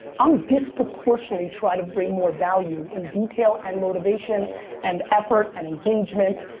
i'm disproportionately trying to bring more value in detail and motivation and effort and engagement.